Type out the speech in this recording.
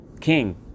king